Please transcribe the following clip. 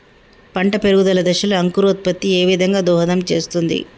పంట పెరుగుదల దశలో అంకురోత్ఫత్తి ఏ విధంగా దోహదం చేస్తుంది?